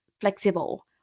flexible